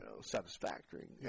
satisfactory